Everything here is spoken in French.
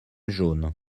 jaune